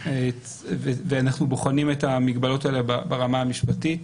ואנחנו בוחנים את המגבלות האלה ברמה המשפטית.